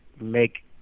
make